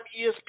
ESPN